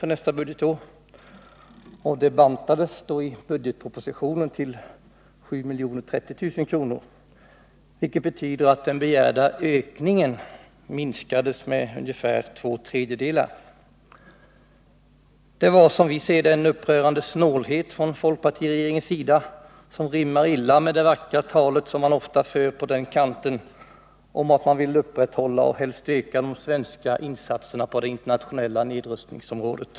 för nästa budgetår. Det bantades i budgetpropositionen till 7 030 000 kr., vilket betyder att den begärda ökningen minskades med ungefär två tredjedelar. Det var, som vi ser det, en upprörande snålhet från folkpartiregeringens sida, som rimmar illa med det vackra talet man ofta för på den kanten om att man vill upprätthålla och helst öka de svenska insatserna på det internationella nedrustningsområdet.